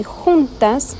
juntas